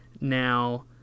now